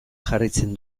jarraitzen